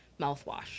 mouthwash